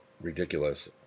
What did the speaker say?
ridiculous